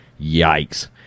Yikes